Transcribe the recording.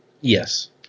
Yes